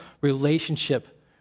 relationship